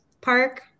park